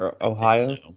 Ohio